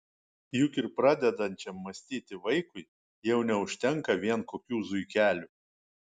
juk ir pradedančiam mąstyti vaikui jau neužtenka vien kokių zuikelių